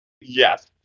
Yes